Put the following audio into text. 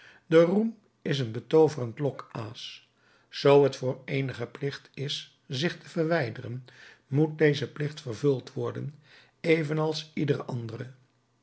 de roem is een betooverend lokaas zoo het voor eenigen plicht is zich te verwijderen moet deze plicht vervuld worden evenals iedere andere